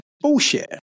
bullshit